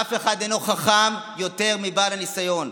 אף אחד אינו חכם יותר מבעל הניסיון.